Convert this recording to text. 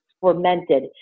fermented